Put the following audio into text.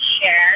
share